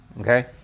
okay